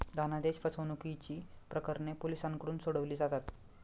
धनादेश फसवणुकीची प्रकरणे पोलिसांकडून सोडवली जातात